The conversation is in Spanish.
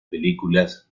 películas